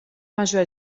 major